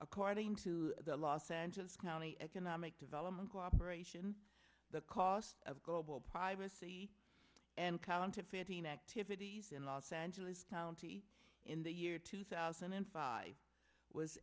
according to the los angeles county economic development cooperation the cause of global privacy and counterfeiting activities in los angeles county in the year two thousand and five was